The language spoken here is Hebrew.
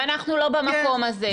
ואנחנו לא במקום הזה.